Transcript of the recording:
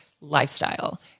lifestyle